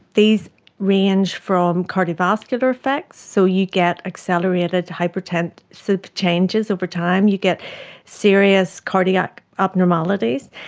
these range from cardiovascular effects, so you get accelerated hypertensive so changes over time. you get serious cardiac abnormalities.